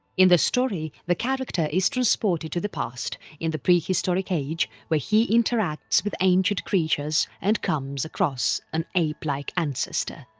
in the story the character is transported to the past, in the prehistoric age where he interacts with ancient creatures and comes across an apelike ancestor.